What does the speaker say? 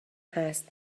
هست